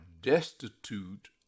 destitute